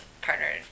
partnered